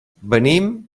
venim